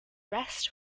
rest